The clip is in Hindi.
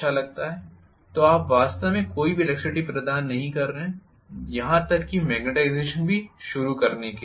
तो आप वास्तव में कोई भी इलेक्ट्रिसिटी प्रदान नहीं करने जा रहे हैं यहां तक कि मैग्नेटाइजेशन भी शुरू करने के लिए भी